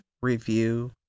review